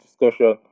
discussion